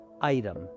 item